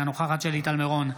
אינה נוכחת שלי טל מירון,